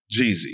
Jeezy